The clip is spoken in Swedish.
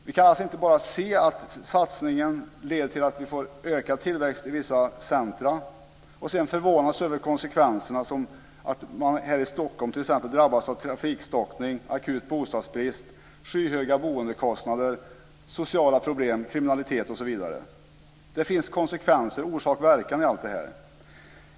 Vi kan alltså inte bara se att satsningen leder till att vi får ökad tillväxt i vissa centrum och sedan förvånas över konsekvenserna, t.ex. att man här i Stockholm drabbas av trafikstockningar, akut bostadsbrist, skyhöga boendekostnader, sociala problem, kriminalitet osv. Det finns konsekvenser, orsak och verkan, i allt det här.